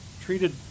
treated